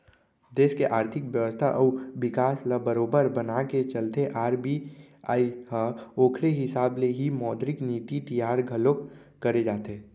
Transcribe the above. देस के आरथिक बेवस्था अउ बिकास ल बरोबर बनाके चलथे आर.बी.आई ह ओखरे हिसाब ले ही मौद्रिक नीति तियार घलोक करे जाथे